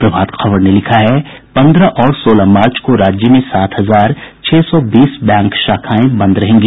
प्रभात खबर ने लिखा है पन्द्रह और सोलह मार्च को राज्य में सात हजार छह सौ बीस बैंक शाखाएं बंद रहेगी